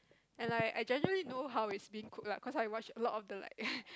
and I I generally know how is being cook lah coz I watch a lot of the like